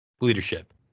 leadership